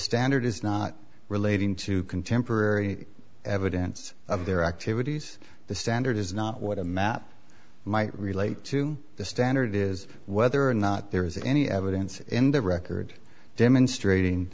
standard is not relating to contemporary evidence of their activities the standard is not what a map might relate to the standard is whether or not there is any evidence in the record demonstrating